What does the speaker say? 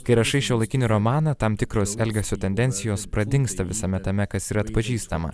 kai rašai šiuolaikinį romaną tam tikros elgesio tendencijos pradingsta visame tame kas yra atpažįstama